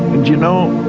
and you know,